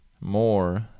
more